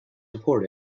report